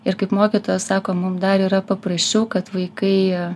ir kaip mokytoja sako mum dar yra paprasčiau kad vaikai